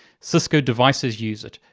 cisco devices use it,